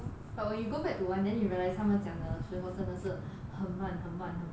but when you go back to one then you realize 他们讲的时候真的是很慢很慢很慢